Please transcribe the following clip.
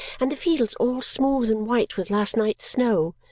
and the fields all smooth and white with last night's snow,